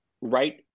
right